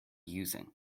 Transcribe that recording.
using